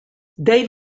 they